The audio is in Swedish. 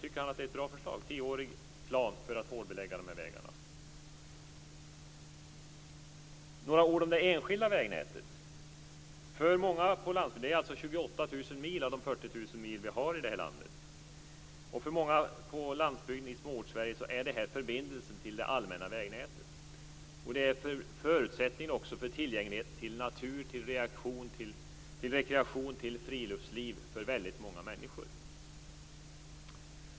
Tycker han att en tioårig plan för att hårdbelägga de här vägarna är ett bra förslag? Jag skall säga några ord om det enskilda vägnätet. Det handlar alltså om 28 000 mil av de 40 000 mil väg vi har i det här landet. För många på landsbygden i Småortssverige är detta förbindelsen till det allmänna vägnätet. Det är också förutsättningen för tillgänglighet till natur, rekreation och friluftsliv för väldigt många människor.